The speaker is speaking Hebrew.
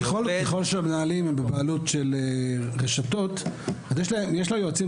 ככול שמנהלים הם בבעלות של רשתות אז יש ליועצים